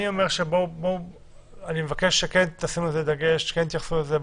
אני מבקש שכן תשימו על זה דגש, כן תתייחסו לזה.